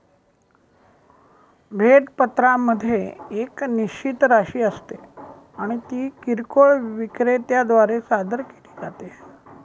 भेट पत्रामध्ये एक निश्चित राशी असते आणि ती किरकोळ विक्रेत्या द्वारे सादर केली जाते